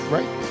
Right